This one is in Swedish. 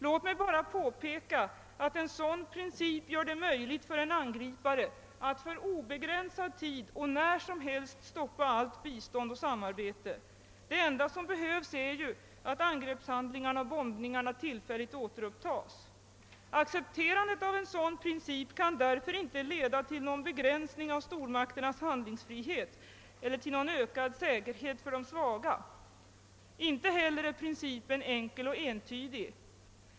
Låt mig bara påpeka, att en sådan princip gör det möjligt för en angripare att för obegränsad tid och när som helst stoppa allt bistånd och samarbete — det enda som behövs är ju att angreppshandlingarna och bombningarna tillfälligt återupptas. Accepterandet av en sådan princip kan därför inte leda till någon begränsning av stormakternas handlingsfrihet eller till någon ökad säkerhet för de svaga. Inte heller är principen enkel och entydig.